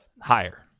Higher